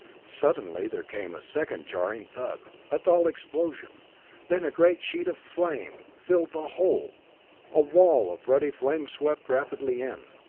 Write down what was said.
suddenly there came a second jarring thud, a dull explosion then a great sheet of flame filled the hole a wall of ruddy flame swept rapidly in.